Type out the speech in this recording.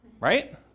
right